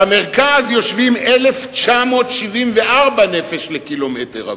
במרכז יושבים 1,974 נפש לקילומטר רבוע.